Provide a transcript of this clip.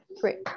great